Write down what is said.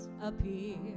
appear